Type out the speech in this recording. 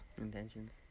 intentions